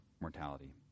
mortality